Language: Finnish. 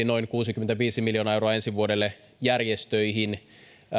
noin kuusikymmentäviisi miljoonaa euroa ensi vuodelle järjestöihin